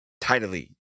tidily